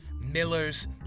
Miller's